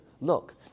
Look